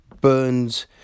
Burns